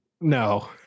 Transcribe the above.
No